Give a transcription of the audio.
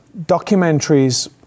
documentaries